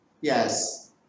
yes